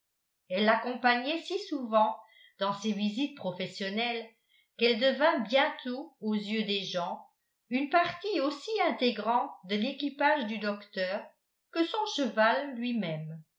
elle l'accompagnait si souvent dans ses visites professionnelles qu'elle devint bientôt aux yeux des gens une partie aussi intégrante de l'équipage du docteur que son cheval lui-même